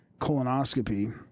colonoscopy